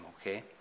okay